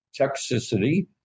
toxicity